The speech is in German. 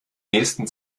nächsten